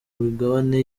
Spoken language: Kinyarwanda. migabane